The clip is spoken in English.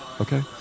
Okay